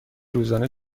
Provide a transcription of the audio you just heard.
روزانه